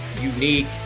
unique